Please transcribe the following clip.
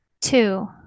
two